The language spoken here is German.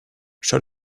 schau